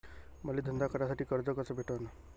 मले धंदा करासाठी कर्ज कस भेटन?